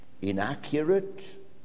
inaccurate